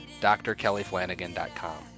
drkellyflanagan.com